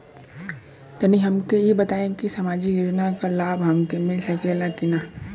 तनि हमके इ बताईं की सामाजिक योजना क लाभ हमके मिल सकेला की ना?